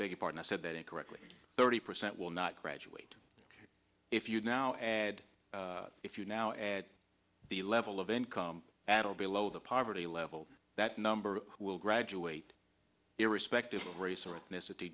big part i said that incorrectly thirty percent will not graduate if you now add if you now add the level of income at all below the poverty level that number will graduate irrespective of race or ethnicity